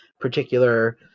particular